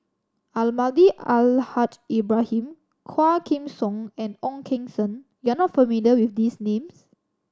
Almahdi Al Haj Ibrahim Quah Kim Song and Ong Keng Sen you are not familiar with these names